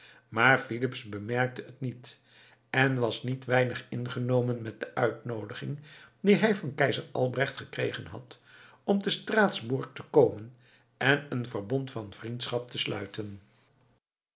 maar filips bemerkte het niet en was niet weinig ingenomen met de uitnoodiging die hij van keizer albrecht gekregen had om te straatsburg te komen en een verbond van vriendschap te sluiten